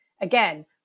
Again